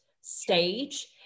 stage